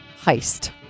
heist